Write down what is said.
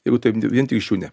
jeigu taip vien tik iš jų ne